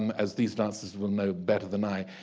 as these dancers will know better than i,